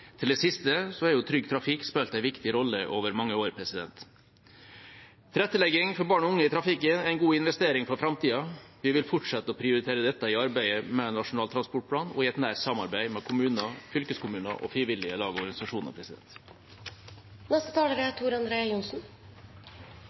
Til det siste har Trygg Trafikk spilt en viktig rolle over mange år. Tilrettelegging for barn og unge i trafikken er en god investering i framtida. Vi vil fortsette å prioritere dette i arbeidet med Nasjonal transportplan og i et nært samarbeid med kommuner, fylkeskommuner og frivillige lag og organisasjoner.